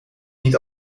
niet